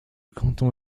canton